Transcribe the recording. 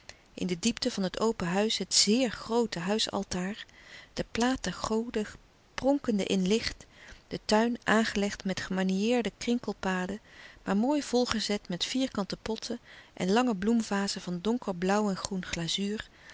in de diepte van het open huis het zeer groote huisaltaar de plaat der goden pronkende in licht de tuin aangelegd met gemaniëreerde krinkelpaden maar mooi volgezet met vierkante potten en lange bloemvazen van donker blauw en groen glazuur